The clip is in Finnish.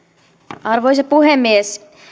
arvoisa puhemies